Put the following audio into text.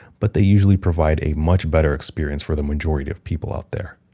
but they usually provide a much better experience for the majority of people out there.